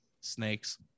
snakes